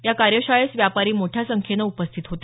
या कार्यशाळेस व्यापारी मोठ्या संख्येनं उपस्थित होते